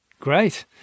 great